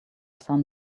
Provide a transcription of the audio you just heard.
sun